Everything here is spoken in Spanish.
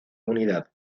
unidad